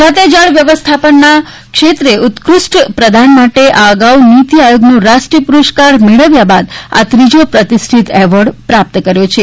ગુજરાતે જળ વ્યવસ્થાપનના ક્ષેત્રે ઉત્કૃષ્ટ પ્રદાન માટે આ અગાઉ નીતિ આયોગનો રાષ્ટ્રીય પુરસ્કાર મેળવ્યા બાદ આ ત્રીજો પ્રતિષ્ઠિત એવોર્ડ પ્રાપ્ત કર્યો છે